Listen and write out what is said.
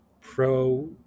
pro